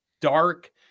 dark